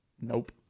Nope